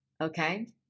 okay